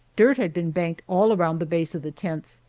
dirt had been banked all around the base of the tents,